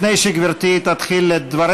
דחיית התחילה